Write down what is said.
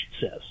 says